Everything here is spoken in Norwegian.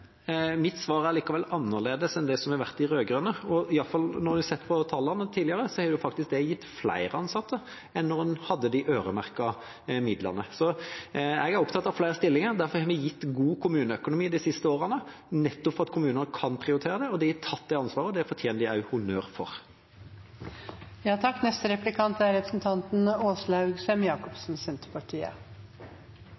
Mitt svar er likevel annerledes enn de rød-grønnes. I alle fall når vi ser på tallene fra tidligere, har det gitt flere ansatte enn da en hadde de øremerkede midlene. Jeg er opptatt av flere stillinger. Derfor har vi gitt kommunene god økonomi de siste årene nettopp for at kommunene kan prioritere det. De har tatt det ansvaret, og det fortjener de honnør